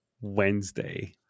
Wednesday